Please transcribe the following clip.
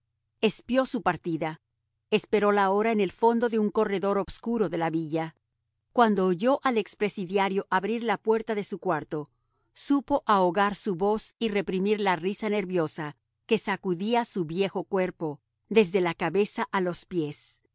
espió su partida esperó la hora en el fondo de un corredor obscuro de la villa cuando oyó al ex presidiario abrir la puerta de su cuarto supo ahogar su voz y reprimir la risa nerviosa que sacudía su viejo cuerpo desde la cabeza a los pies